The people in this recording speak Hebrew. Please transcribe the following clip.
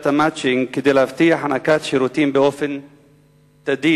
ה"מצ'ינג" כדי להבטיח הענקת שירותים באופן תדיר,